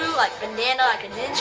like banana, like a